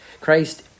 Christ